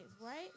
right